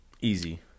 Easy